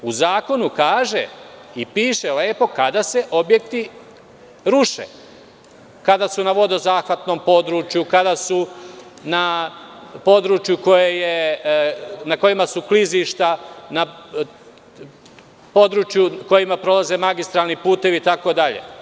U Zakonu kaže i piše lepo kada se objekti ruše - kada su na vodozahvatnom području, kada su na području na kojima su klizišta, na području kojima prolaze magistralni putevi itd.